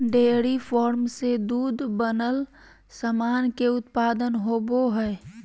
dairy farm से दूध से बनल सामान के उत्पादन होवो हय